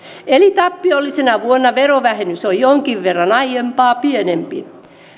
eli tappiollisena vuonna verovähennys on jonkin verran aiempaa pienempi